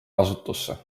kasutusse